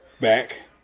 back